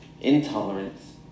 intolerance